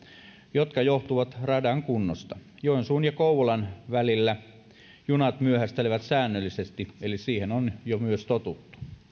jotka johtuvat radan kunnosta joensuun ja kouvolan välillä junat myöhästelevät säännöllisesti eli siihen on jo myös totuttu